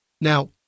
Now